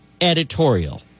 editorial